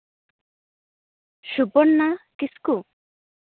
ᱥᱩᱯᱚᱨᱱᱟ ᱠᱤᱥᱠᱩ